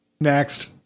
Next